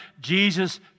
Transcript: Jesus